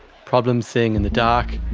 problems seeing in the dark,